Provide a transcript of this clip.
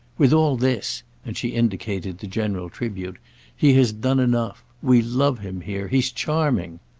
with all this and she indicated the general tribute he has done enough. we love him here he's charming.